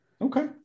Okay